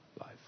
life